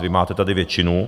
Vy máte tady většinu.